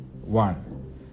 One